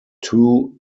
two